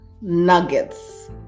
nuggets